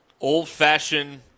Old-fashioned